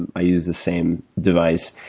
and i use the same device.